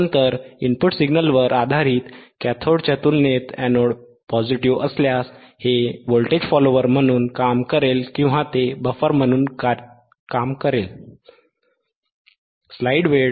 नंतर इनपुट सिग्नलवर आधारित कॅथोडच्या तुलनेत एनोड पॉझिटिव्ह असल्यास हे व्होल्टेज फॉलोअर म्हणून काम करेल किंवा ते बफर होईल